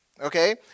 okay